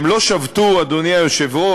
והם לא שבתו, אדוני היושב-ראש,